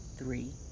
three